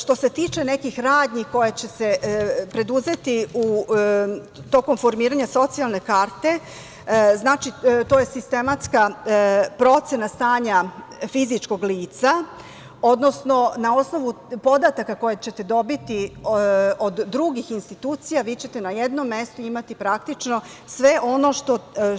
Što se tiče nekih radnji koje će se preduzeti tokom formiranja socijalne karte, znači to je sistematska procena stanja fizičkog lica, odnosno na osnovu podataka koje ćete dobiti od drugih institucija, vi ćete na jednom mestu imati, praktično, sve ono